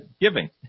giving